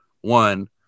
One